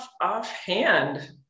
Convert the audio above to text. offhand